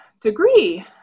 degree